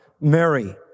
Mary